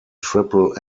triple